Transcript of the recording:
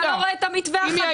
אתה לא רואה את המתווה החדש.